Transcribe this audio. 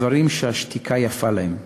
דברים שהשתיקה יפה להם.